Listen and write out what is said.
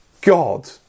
God